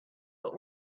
but